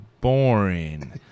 boring